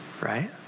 right